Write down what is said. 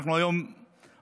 אנחנו היום אמרנו,